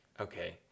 okay